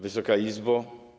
Wysoka Izbo!